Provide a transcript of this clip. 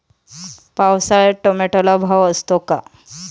पावसाळ्यात टोमॅटोला भाव असतो का?